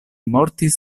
mortis